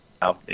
now